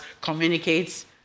communicates